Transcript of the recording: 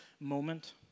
moment